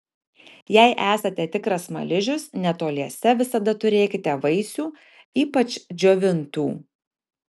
jei esate tikras smaližius netoliese visada turėkite vaisių ypač džiovintų